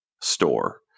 store